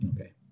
Okay